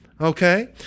Okay